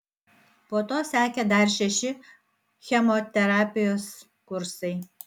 po to sekė dar šeši chemoterapijos kursai